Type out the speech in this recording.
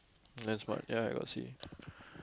that's what ya I got see